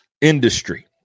industry